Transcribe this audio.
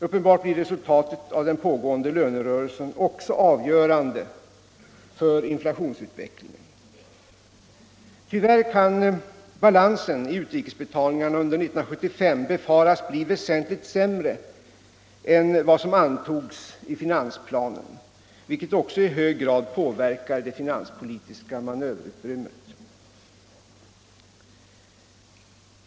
Uppenbarligen blir resultatet av den pågående lönerörelsen också avgörande för inflationsutvecklingen. Tyvärr kan balansen i utrikesbetalningarna under 1975 befaras bli väsentligt sämre än vad som antogs i finansplanen, vilket också i hög grad påverkar det finanspolitiska manöverutrymmet.